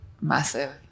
massive